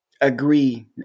agree